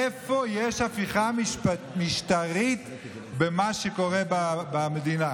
איפה יש הפיכה משטרית במה שקורה במדינה?